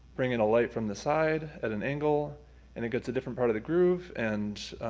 bring in a light from the side at an angle and it gets a different part of the groove, and